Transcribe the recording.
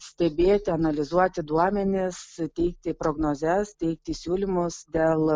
stebėti analizuoti duomenis teikti prognozes teikti siūlymus dėl